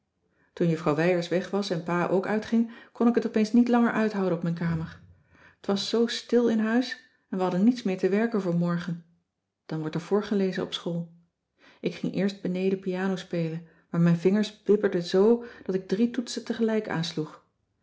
toen juffrouw wijers weg was en pa ook uitging kon ik het opeens niet langer uithouden op mijn kamer t was zoo stil in huis en we hadden niets meer te werken voor morgen dan wordt er voorgelezen op school ik ging eerst beneden pianospelen maar mijn vingers bibberden zo dat ik drie toetsen tegelijk aansloeg